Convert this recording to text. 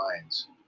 minds